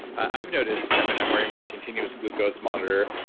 i've noticed i'm and i'm wearing my continuous glucose monitor,